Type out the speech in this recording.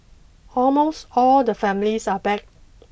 almost all the families are back